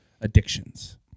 addictions